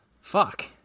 fuck